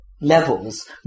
levels